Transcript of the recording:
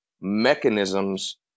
mechanisms